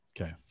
Okay